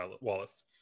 Wallace